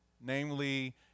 namely